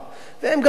והם גם לא מתלוננים,